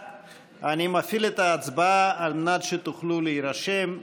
אבידר, הצעת חוק להגנת חיית הבר (תיקון,